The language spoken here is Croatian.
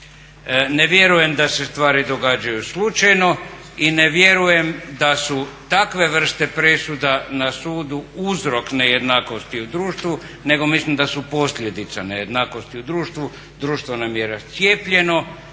Ne vjerujem da se stvari događaju slučajno i ne vjerujem da su takve vrste presuda na sudu uzrok nejednakosti u društvu nego mislim da su posljedica nejednakosti u društvu, društvo nam je rascijepljeno